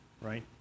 right